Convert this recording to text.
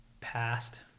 past